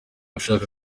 nshaka